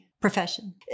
profession